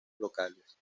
locales